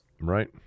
Right